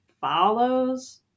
follows